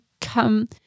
come